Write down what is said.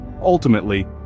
ultimately